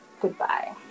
goodbye